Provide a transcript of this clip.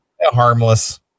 harmless